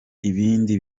ibindi